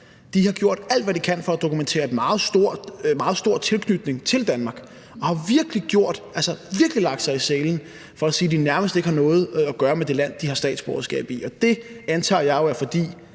De har gjort alt, hvad de kan, for at dokumentere en meget stor tilknytning til Danmark og har jo virkelig lagt sig i selen for at sige, at de nærmest ikke har noget at gøre med det land, som de har statsborgerskab i, og det antager jeg jo er, fordi